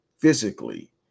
physically